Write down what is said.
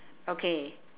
okay